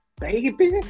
baby